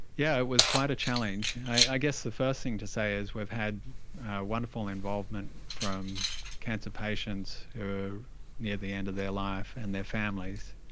yeah it was quite a challenge. i guess the first thing to say is we've had wonderful involvement from cancer patients who are near the end of their life, and their families,